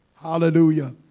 Hallelujah